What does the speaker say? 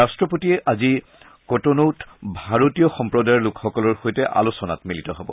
ৰাষ্টপতিয়ে আজি কটনৌত ভাৰতীয় সম্প্ৰদায়ৰ লোকসকলৰ সৈতে আলোচনাত মিলিত হ'ব